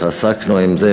התעסקנו בזה.